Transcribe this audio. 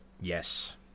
yes